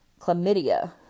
Chlamydia